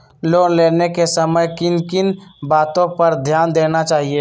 Loan लेने के समय किन किन वातो पर ध्यान देना चाहिए?